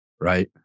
right